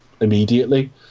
immediately